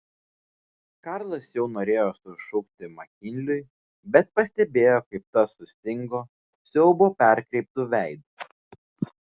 karlas jau norėjo sušukti makinliui bet pastebėjo kaip tas sustingo siaubo perkreiptu veidu